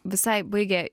visai baigia